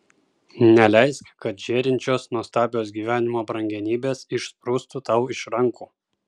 neleisk kad žėrinčios nuostabios gyvenimo brangenybės išsprūstų tau iš rankų